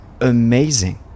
amazing